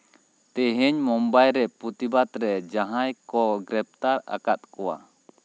ᱛᱮᱦᱮᱧ ᱢᱳᱢᱵᱟᱭᱨᱮ ᱯᱨᱚᱛᱤᱵᱟᱫ ᱨᱮ ᱡᱟᱦᱟᱸᱭ ᱠᱚ ᱜᱨᱮᱯᱷᱛᱟᱨ ᱟᱠᱟᱫ ᱠᱚᱣᱟ